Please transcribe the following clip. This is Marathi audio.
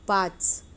पाच